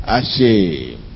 ashamed